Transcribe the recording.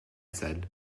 said